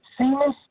Seamus